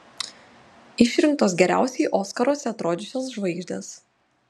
išrinktos geriausiai oskaruose atrodžiusios žvaigždės